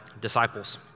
disciples